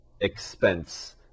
expense